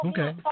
Okay